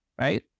right